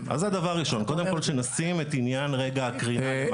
אז זה דבר ראשון קודם כל שנשים רגע את עניין הקרינה למטה.